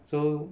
so